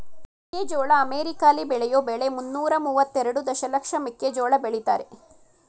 ಮೆಕ್ಕೆಜೋಳ ಅಮೆರಿಕಾಲಿ ಬೆಳೆಯೋ ಬೆಳೆ ಮುನ್ನೂರ ಮುವತ್ತೆರೆಡು ದಶಲಕ್ಷ ಮೆಕ್ಕೆಜೋಳ ಬೆಳಿತಾರೆ